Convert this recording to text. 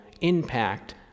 impact